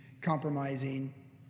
compromising